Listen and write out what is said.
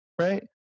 Right